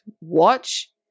watch